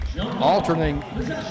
Alternating